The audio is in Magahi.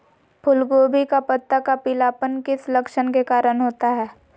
फूलगोभी का पत्ता का पीलापन किस लक्षण के कारण होता है?